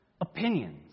opinions